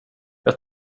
jag